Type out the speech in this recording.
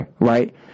Right